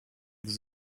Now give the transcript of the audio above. this